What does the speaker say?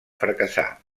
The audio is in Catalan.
fracassar